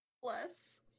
Plus